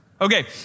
Okay